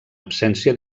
absència